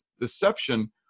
deception